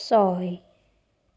ছয়